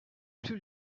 plus